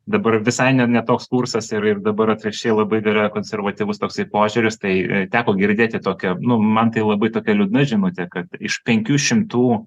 dabar visai ne ne toks kursas ir ir dabar atvirkščiai labai yra konservatyvus toksai požiūris tai i teko girdėti tokio nu man tai labai tokia liūdna žinutė kad iš penkių šimtų